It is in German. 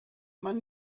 man